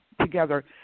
together